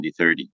2030